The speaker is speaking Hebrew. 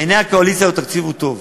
בעיני הקואליציה התקציב הוא טוב.